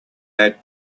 had